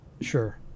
Sure